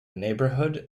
neighborhood